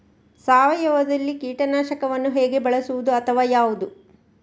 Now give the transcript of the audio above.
ಸಾವಯವದಲ್ಲಿ ಕೀಟನಾಶಕವನ್ನು ಹೇಗೆ ಬಳಸುವುದು ಅಥವಾ ಯಾವುದು?